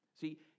See